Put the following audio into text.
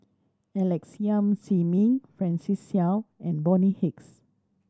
Alex Yam Ziming Francis Seow and Bonny Hicks